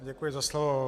Děkuji za slovo.